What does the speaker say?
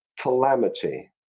calamity